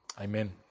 Amen